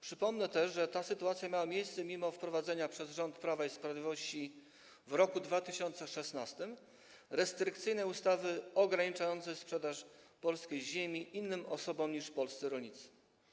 Przypomnę też, że ta sytuacja miała miejsce mimo wprowadzenia przez rząd Prawa i Sprawiedliwości w roku 2016 restrykcyjnej ustawy ograniczającej sprzedaż polskiej ziemi innym osobom niż polscy rolnicy.